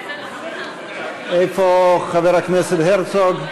איפה חבר הכנסת הרצוג?